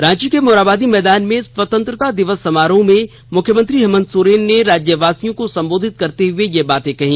रांची के मोराबादी मैदान में स्वतंत्रता दिवस समारोह में मुख्यमंत्री हेमंत सोरेन ने राज्यवासियों को संबोधित करते हुए ये बातें कही